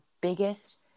biggest